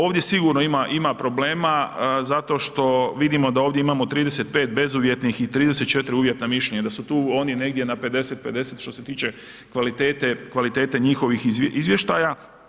Ovdje sigurno ima problema zato što vidimo da ovdje imamo 35 bezuvjetnih i 34 uvjetna mišljenja, da su tu oni negdje na 50:50 što se tiče kvalitete njihovih izvještaja.